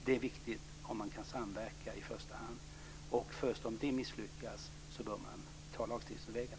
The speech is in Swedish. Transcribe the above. Det är viktigt om man kan samverka i första hand. Först om det misslyckas bör man ta lagstiftningsvägen.